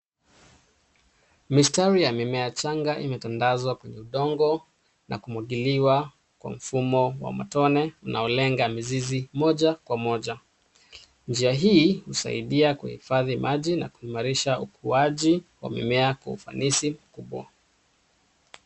Mistari ya mimea changa imetandazwa kwenye udongo na kumwagiliwa kwa mfumo wa matone unaolenga mizizi moja kwa moja. Njia hii husaidia kuhifadhi maji na kuimarisha ukuaji wa mimea kwa ufanisi mkubwa.